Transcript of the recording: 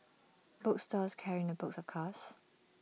book stores carrying the books of course